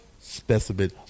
specimen